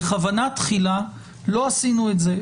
בכוונה תחילה לא עשינו את זה,